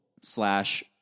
slash